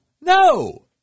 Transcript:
no